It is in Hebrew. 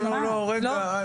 רגע.